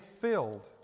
filled